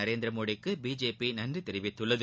நரேந்திர மோடிக்கு பிஜேபி நன்றி தெரிவித்துள்ளது